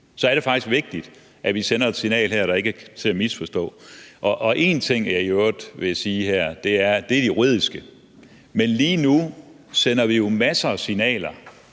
så er det faktisk vigtigt, at vi sender et signal her, der ikke er til at misforstå. Det er så det juridiske. Og én ting, jeg i øvrigt vil sige her, er, at vi jo lige nu sender masser af signaler